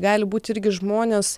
gali būti irgi žmonės